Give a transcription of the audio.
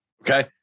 Okay